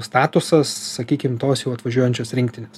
statusas sakykim tos jau atvažiuojančios rinktinės